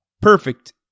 perfect